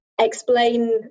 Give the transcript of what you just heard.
explain